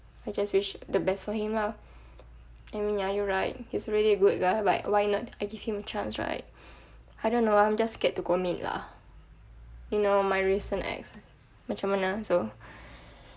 I just wish the best for him lah I mean ya you're right he is really a good guy like why not I give him a chance right I don't know I'm just scared to go meet lah you know my recent ex macam mana so